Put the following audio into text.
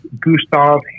Gustav